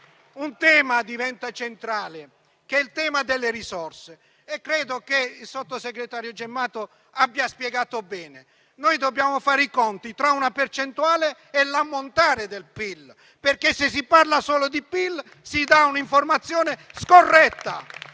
Il tema delle risorse diventa centrale e credo che il sottosegretario Gemmato abbia spiegato bene. Noi dobbiamo fare i conti tra una percentuale e l'ammontare del PIL, perché se si parla solo di PIL si dà un'informazione scorretta.